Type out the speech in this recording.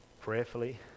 Prayerfully